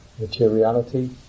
materiality